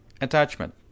Attachment